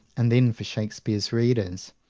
and then for shakespeare's readers,